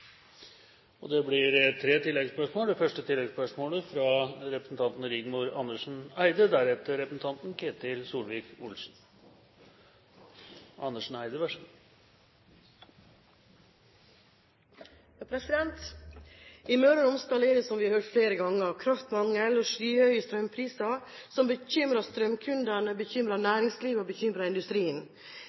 Rigmor Andersen Eide. I Møre og Romsdal er det, som vi har hørt flere ganger, kraftmangel og skyhøye strømpriser, som bekymrer strømkundene, som bekymrer næringslivet, og som bekymrer industrien.